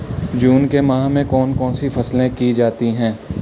जून के माह में कौन कौन सी फसलें की जाती हैं?